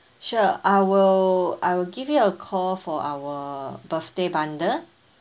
sure I will I will give you a call for our birthday bundle